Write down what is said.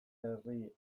herri